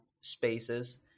spaces